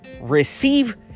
receive